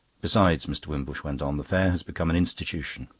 besides, mr. wimbush went on, the fair has become an institution.